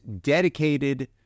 dedicated